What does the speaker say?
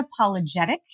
unapologetic